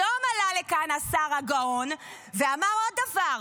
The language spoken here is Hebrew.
היום עלה לכאן השר הגאון ואמר עוד דבר,